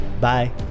Bye